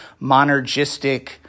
monergistic